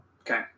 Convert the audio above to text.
Okay